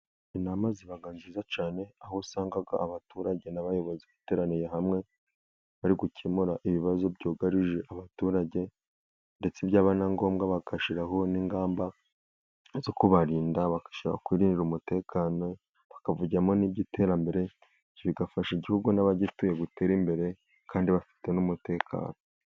Inama ziba nziza cyane, aho usanga abaturage n'abayobozi bateraniye hamwe, bari gukemura ibibazo byugarije abaturage, ndetse byaba na ngombwa bagashyiraho n'ingamba zo kubarinda, bagashyiraho kwirindira umutekano, bakavugiramo iby'iterambere, bigafasha igihugu n'abagituye gutera imbere, kandi bafite n'umutekano.